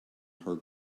her